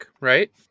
right